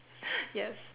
yes